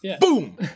Boom